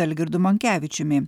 algirdu monkevičiumi